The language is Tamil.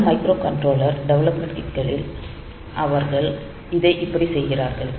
பல மைக்ரோகண்ட்ரோலர் டெவலப்மென்ட் கிட்களில் அவர்கள் இதை இப்படி செய்கிறார்கள்